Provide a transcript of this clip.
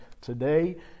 today